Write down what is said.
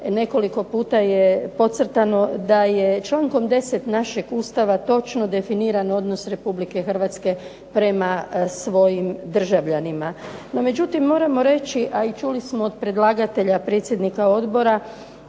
nekoliko puta je podcrtano da je članak 10. našeg Ustava točno definiran odnos RH prema svojim državljanima. No međutim moramo reći, a i čuli smo od predlagatelja predsjednika odbora,